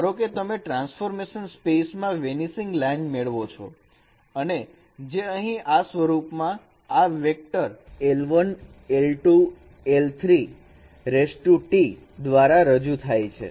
ધારો કે તમે ટ્રાન્સફોર્મેશન સ્પેસ માં વેનિસિગ લાઇન મેળવો છો અને જે અહીં આ સ્વરૂપમાં આ વેક્ટર દ્વારા રજુ થાય છે